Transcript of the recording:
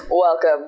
Welcome